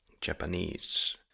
Japanese